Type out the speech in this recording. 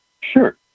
sure